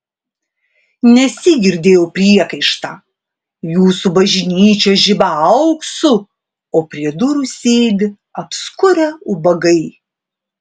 nesyk girdėjau priekaištą jūsų bažnyčios žiba auksu o prie durų sėdi apskurę ubagai